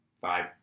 five